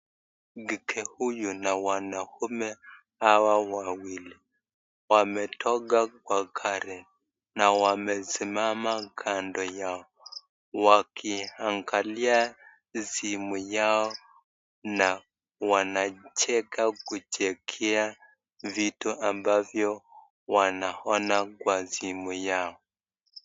Mke huyu na wanaume hawa wawili wametoka kwa gari na wamesimama kando yao wakiangalia simu yao na wanacheka kuchekea vitu ambavyo wanaona kwa simu yao.